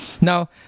Now